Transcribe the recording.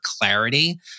clarity